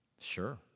Sure